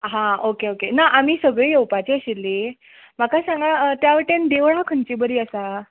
हां okay okay ना आमी सगळीं येवपाचीं आशिल्लीं म्हाका सांगा त्या वाटेन देवळां खंयचीं बरीं आसात